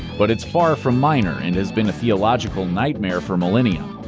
but it's far from minor, and has been a theological nightmare for millennia.